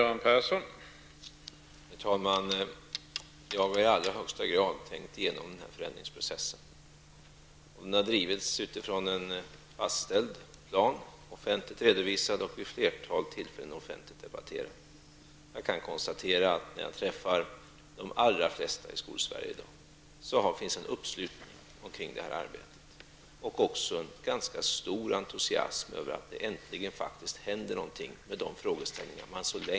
Herr talman! Jag har i allra högsta grad tänkt igenom denna förändringsprocess. Den har drivits utifrån en fastställd plan, offentligt redovisad och vid ett flertal tillfällen offentligt debatterad. Jag kan konstatera att det bland de flesta som jag träffar i Skolsverige i dag finns en uppslutning kring detta arbete och även ganska stor entusiasm över att det äntligen faktiskt händer någonting i de frågor som man så länge har diskuterat.